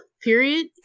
period